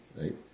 right